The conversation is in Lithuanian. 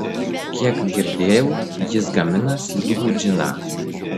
kiek girdėjau jis gamina slyvų džiną